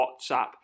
WhatsApp